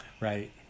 right